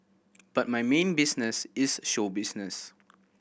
but my main business is show business